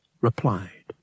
replied